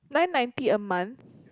nine ninety a month